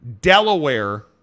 Delaware